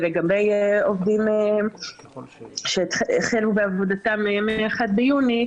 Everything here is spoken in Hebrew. לגבי עובדים שהחלו בעבודתם מה-1 ביוני,